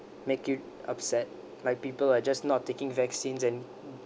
make you upset like people are just not taking vaccines and